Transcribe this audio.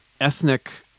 ethnic